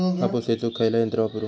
कापूस येचुक खयला यंत्र वापरू?